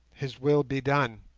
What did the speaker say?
his will be done.